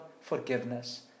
forgiveness